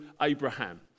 Abraham